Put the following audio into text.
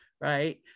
right